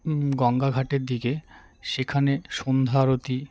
গঙ্গা ঘাটের দিকে সেখানে সন্ধ্যা আরতি